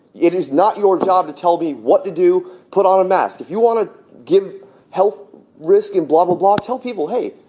it is not your job to tell me what to do. put on a mask. you want to give health risk and blah, blah, blah. tell people, hey,